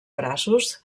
braços